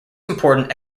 important